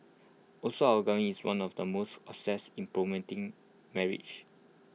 also our government is one of the most obsessed in promoting marriage